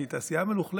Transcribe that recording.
שהיא תעשייה מלוכלכת.